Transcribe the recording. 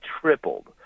tripled